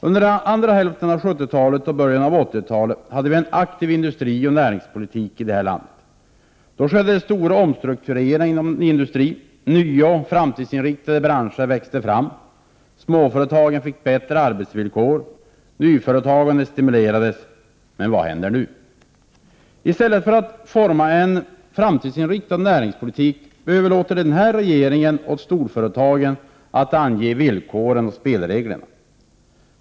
Under andra hälften av 1970-talet och början av 1980-talet hade vi en aktiv industrioch näringspolitik i det här landet. Då skedde stora omstruktureringar inom industrin. Nya och framtidsinriktade branscher växte fram. Småföretagen fick bättre arbetsvillkor. Nyföretagandet stimulerades. Men vad händer nu? I stället för att forma en framtidsinriktad näringspolitik överlåter den här regeringen åt storföretagen att ange villkoren och spelreglerna.